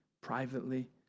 privately